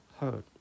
heard